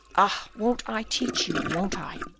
ah! won't i teach you won't i?